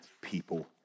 people